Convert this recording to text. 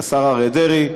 השר אריה דרעי,